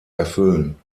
erfüllen